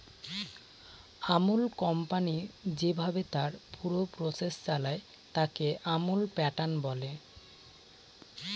Amul company যেভাবে তার পুরো প্রসেস চালায়, তাকে আমুল প্যাটার্ন বলে